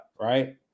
right